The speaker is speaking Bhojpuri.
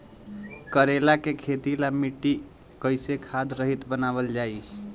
करेला के खेती ला मिट्टी कइसे खाद्य रहित बनावल जाई?